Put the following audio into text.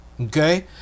Okay